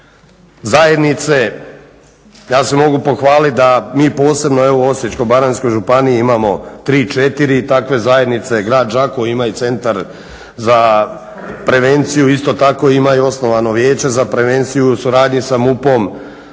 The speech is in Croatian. zajednice. Ja se mogu pohvalit da, mi posebno evo u Osječko-baranjskoj županiji imao 3, 4 takve zajednice, Grad Đakovo ima i centar za prevenciju, isto tako ima i osnovano vijeće za prevenciju. U suradnji sa MUP-om